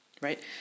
right